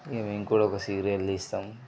మేము కూడా ఒక సీరియల్ తీస్తాం